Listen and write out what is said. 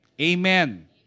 Amen